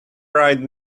right